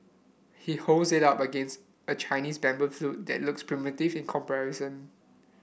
he holds it up against a Chinese bamboo flute that looks primitive in comparison